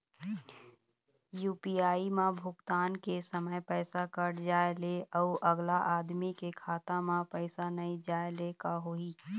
UPI म भुगतान के समय पैसा कट जाय ले, अउ अगला आदमी के खाता म पैसा नई जाय ले का होही?